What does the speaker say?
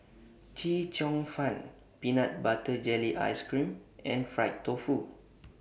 Chee Cheong Fun Peanut Butter Jelly Ice Cream and Fried Tofu